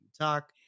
talk